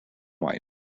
white